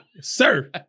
sir